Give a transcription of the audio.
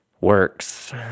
works